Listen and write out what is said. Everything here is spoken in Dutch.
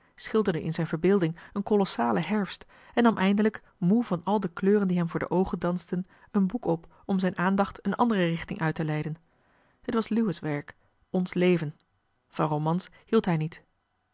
schilderde in zijn verbeelding een kolossalen herfst en nam eindelijk moe van al de kleuren die hem voor de oogen dansten een boek op om zijn aandacht een andere richting uitteleiden het was lewes werk ons leven van romans hield hij niet